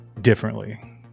differently